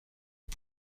aux